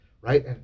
Right